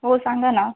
हो सांगा ना